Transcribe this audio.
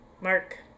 Mark